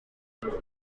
abantu